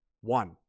one